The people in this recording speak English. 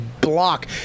block